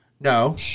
No